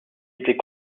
était